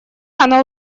она